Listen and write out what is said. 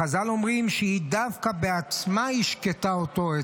חז"ל אומרים שהיא דווקא בעצמה השקתה אותו,